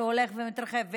שהולך ומתרחב,